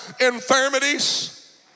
infirmities